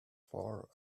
far